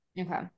Okay